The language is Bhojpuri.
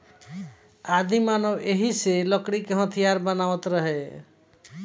आदिमानव एही से लकड़ी क हथीयार बनावत रहे